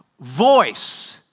voice